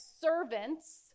servants